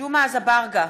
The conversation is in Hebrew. ג'מעה אזברגה,